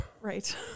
Right